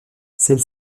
celle